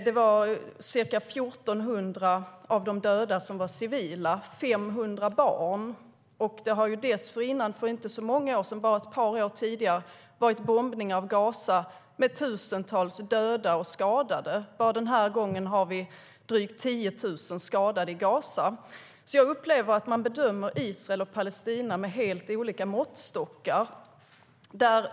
Ca 1 400 civila dödades varav 500 barn. Bara ett par år tidigare bombades Gaza, och tusentals dödades och skadades. Denna gång var det drygt 10 000 skadade i Gaza.Jag upplever att man bedömer Israel och Palestina med helt olika måttstockar.